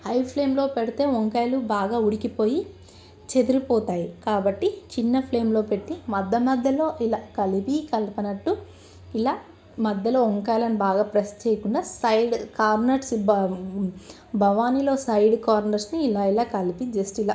high ఫ్లేమ్లో పెడితే వంకాయలు బాగా ఉడికిపోయి చెదిరిపోతాయి కాబట్టి చిన్న ఫ్లేమ్లో పెట్టి మధ్య మధ్యలో ఇలా కలిపి కలపనట్టు ఇలా మధ్యలో వంకాయలను బాగా ప్రెస్ చేయకుండా సైడ్ కార్నర్స్ని భ బగోనిలో సైడ్ కార్నర్స్ని ఇలా ఇలా కలిపి జస్ట్ ఇలా